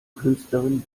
künstlerin